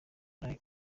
roy